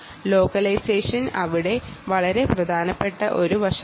localisation അവിടെ വളരെ പ്രധാനപ്പെട്ട ഒരു കാര്യമാണ്